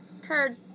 heard